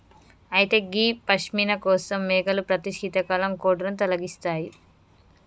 అయితే గీ పష్మిన కోసం మేకలు ప్రతి శీతాకాలం కోటును తొలగిస్తాయి